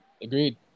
Agreed